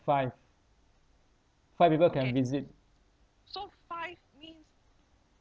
five five people can visit